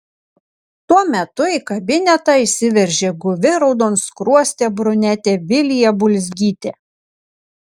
tuo metu į kabinetą įsiveržė guvi raudonskruostė brunetė vilija bulzgytė